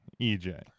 EJ